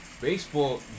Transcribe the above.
Baseball